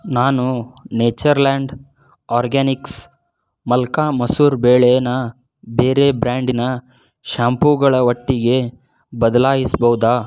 ನಾನು Natureland Organics malka masoor ಬೇಳೆನ ಬೇರೆ ಬ್ರ್ಯಾಂಡಿನ ಶ್ಯಾಂಪುಗಳ ಒಟ್ಟಿಗೆ ಬದಲಾಯಿಸಬಹುದಾ